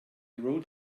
rode